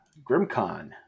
GrimCon